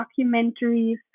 documentaries